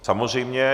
Samozřejmě.